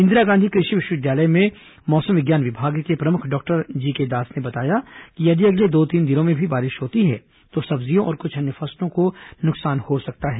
इंदिरा गांधी कृषि विश्वविद्यालय में मौसम विज्ञान विमाग के प्रमुख डॉक्टर जीके दास ने बताया कि यदि अगले दो तीन दिनों में भी बारिश होती है तो सब्जियों और कुछ अन्य फसलों को नकसान हो सकता है